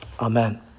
Amen